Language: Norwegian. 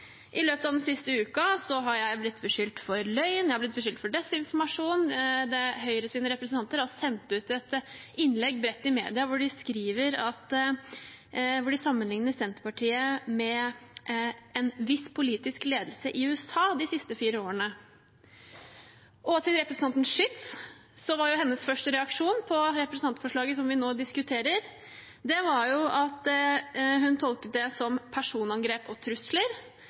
I løpet av den siste uka har jeg blitt beskyldt for løgn. Jeg har blitt beskyldt for desinformasjon. Høyres representanter har sendt ut et innlegg bredt i media der de sammenligner Senterpartiet med en viss politisk ledelse i USA de siste fire årene. Og til representanten Schytz: Hennes første reaksjon på representantforslaget som vi nå diskuterer, var at hun tolket det som personangrep og trusler,